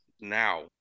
Now